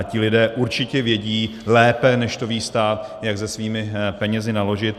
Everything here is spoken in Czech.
Ti lidé určitě vědí lépe, než to ví stát, jak se svými penězi naložit.